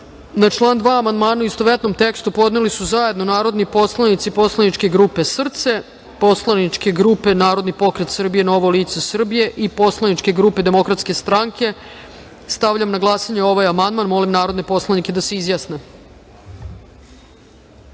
član 1. amandmane u istovetnom tekstu podneli su zajedno narodni poslanici poslaničke grupe SRCE, poslaničke grupe Narodni pokret Srbija i Novo lice Srbije i poslaničke grupe DS.Stavljam na glasanje ovaj amandman. Molim narodne poslanike da se